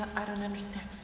i don't understand.